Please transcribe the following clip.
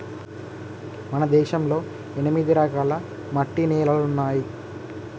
మన దేశంలో ఎనిమిది రకాల మట్టి నేలలున్నాయి